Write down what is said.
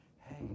hey